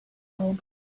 out